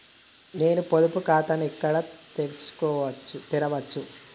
నేను పొదుపు ఖాతాను ఎక్కడ తెరవచ్చు?